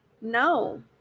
No